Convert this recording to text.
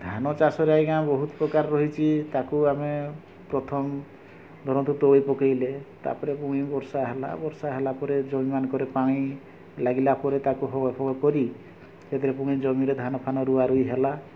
ଧାନ ଚାଷରେ ଆଜ୍ଞା ବହୁତ ପ୍ରକାର ରହିଛି ତାକୁ ଆମେ ପ୍ରଥମ ଧରନ୍ତୁ ତଳି ପକେଇଲେ ତାପରେ ପୁଣି ବର୍ଷା ହେଲା ବର୍ଷା ହେଲା ପରେ ଜମି ମାନଙ୍କରେ ପାଣି ଲାଗିଲା ପରେ ତାକୁ ହଳ ଫଳ କରି ସେଥିରେ ପୁଣି ଜମିରେ ଧାନ ଫାନ ରୁଆ ରୁଈ ହେଲା